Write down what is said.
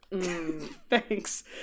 Thanks